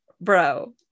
Bro